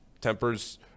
tempers